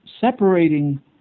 separating